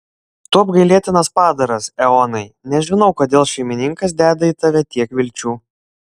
tu apgailėtinas padaras eonai nežinau kodėl šeimininkas deda į tave tiek vilčių